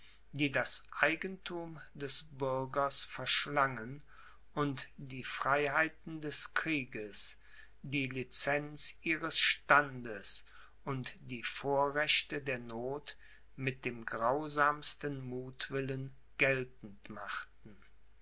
die das eigenthum des bürgers verschlangen und die freiheiten des krieges die licenz ihres standes und die vorrechte der noth mit dem grausamsten muthwillen geltend machten